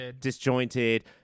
disjointed